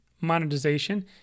monetization